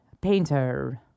painter